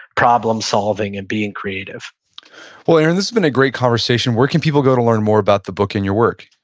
problem-solving, and being creative well, aaron, this has been a great conversation. where can people go to learn more about the book and your work?